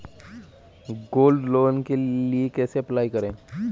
Gold loan के लिए कैसे अप्लाई करें?